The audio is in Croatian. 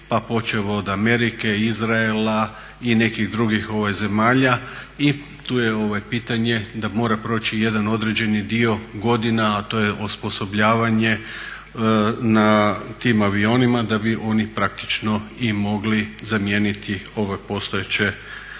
pa počev od Amerike, Izraela i nekih drugih zemalja i tu je pitanje da mora proći jedan određeni dio godina, a to je osposobljavanje na tim avionima da bi oni praktično i mogli zamijeniti ove postojeće avione.